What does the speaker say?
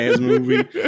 movie